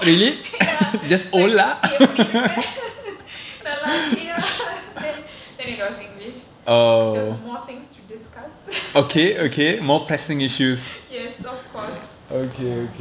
ya like எப்படிஇருக்கநல்லாஇருக்கியா:epadi irukka nalla irkkiya then then it was english there was more things to discuss yes of course ya